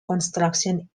construction